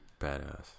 badass